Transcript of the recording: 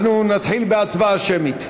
אנחנו נתחיל בהצבעה שמית.